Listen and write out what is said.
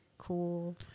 Cool